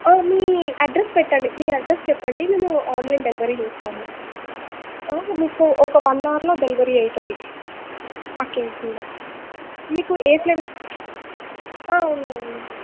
మీ address పెట్టండి మీ address చెప్పండి మేము ఆన్లైన్ డెలివరీ చేస్తాము మీకు వన్ అవర్లో డెలివరీ అవుతుంది ఆ కేక్ కూడా మీకు ఏ ఫ్లే ఉన్నాయండి